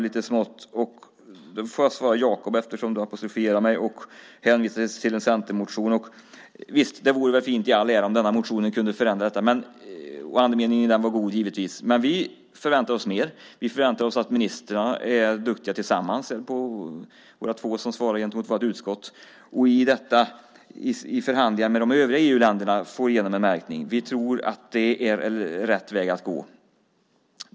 Jag får svara Jacob eftersom han apostroferade mig och hänvisade till en centermotion. Visst vore det fint i all ära om denna motion kunde utgöra en förändring. Andemeningen var god - givetvis. Vi förväntar oss mer. Vi förväntar oss att ministrarna är duktiga tillsammans, de två som svarar gentemot vårt utskott, och i förhandlingar med de övriga EU-länderna får igenom en märkning. Vi tror att det är rätt väg att gå.